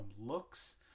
looks